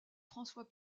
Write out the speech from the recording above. françois